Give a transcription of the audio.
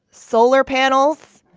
solar panels